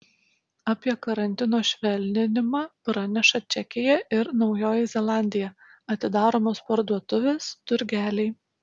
apie karantino švelninimą praneša čekija ir naujoji zelandija atidaromos parduotuvės turgeliai